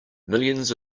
millions